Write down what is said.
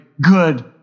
good